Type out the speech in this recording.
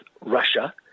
Russia